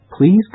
please